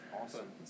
awesome